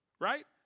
right